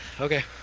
Okay